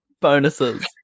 bonuses